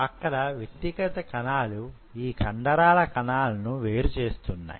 అక్కడ వ్యక్తిగత కణాలు ఈ కండరాల కణాలను వేరుచేస్తున్నాయి